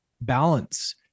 balance